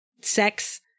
sex